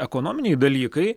ekonominiai dalykai